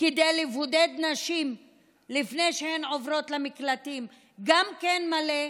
כדי לבודד נשים לפני שהן עוברות למקלטים גם כן מלא,